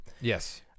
Yes